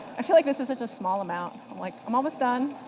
i feel like this is such a small amount. like, i'm almost done.